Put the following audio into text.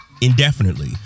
indefinitely